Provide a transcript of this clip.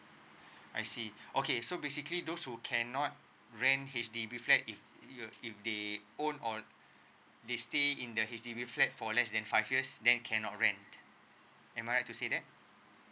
I see okay so basically those who cannot rent H_D_B flat if you if they own or they stay in their H_D_B flat for less than five years then cannot rent am I right to say that